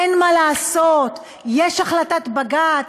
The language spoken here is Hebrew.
אין מה לעשות, יש החלטת בג"ץ,